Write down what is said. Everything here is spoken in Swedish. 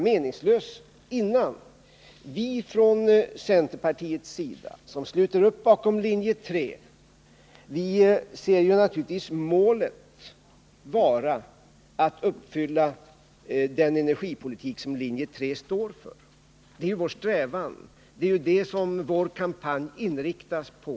Vii centerpartiet, som sluter upp bakom linje 3, ser naturligtvis målet vara att genomföra den energipolitik som linje 3 står för. Det är vår strävan, det är detta vår kampanj inriktas på.